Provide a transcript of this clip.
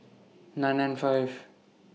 nine nine five